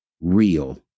real